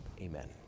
Amen